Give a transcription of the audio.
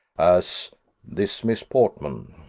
as this miss portman.